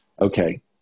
okay